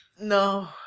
No